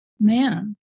man